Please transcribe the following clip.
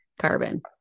carbon